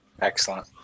Excellent